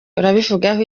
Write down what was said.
urabivugaho